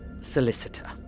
Solicitor